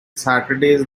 saturdays